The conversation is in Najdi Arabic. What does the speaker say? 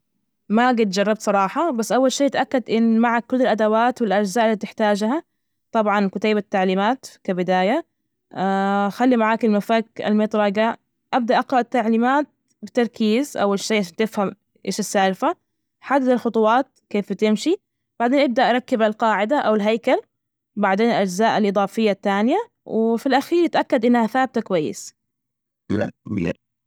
ما قد جربت صراحة، بس أول شي تأكد إن معك كل الأدوات والأجزاء اللي تحتاجها، طبعا كتيب التعليمات كبداية خلي معاك المفك، المطرجة، أبدء أقرأ التعليمات بتركيز أول شي عشان تفهم إيش السالفة، حدد الخطوات كيف بتمشي، بعدين إبدأ ركب القاعدة أو الهيكل، بعدين الأجزاء الإضافية التانية، وفي الأخير أتأكد إنها ثابتة كويس.